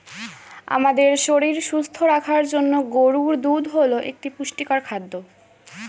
আমাদের শরীর সুস্থ রাখার জন্য গরুর দুধ হল একটি পুষ্টিকর খাদ্য